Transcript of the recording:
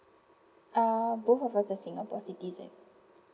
uh both of us are singapore citizen